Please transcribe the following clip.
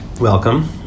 Welcome